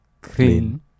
Clean